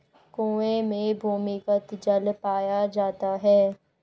कुएं में भूमिगत जल पाया जाता है